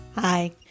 Hi